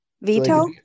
Veto